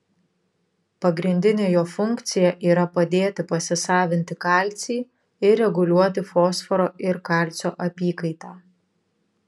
pagrindinė jo funkcija yra padėti pasisavinti kalcį ir reguliuoti fosforo ir kalcio apykaitą